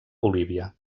bolívia